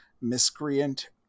miscreant